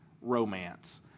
romance